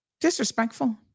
Disrespectful